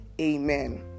amen